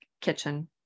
kitchen